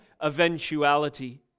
eventuality